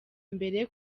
mbere